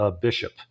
bishop